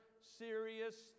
serious